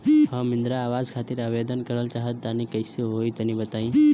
हम इंद्रा आवास खातिर आवेदन करल चाह तनि कइसे होई तनि बताई?